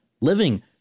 living